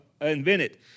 invented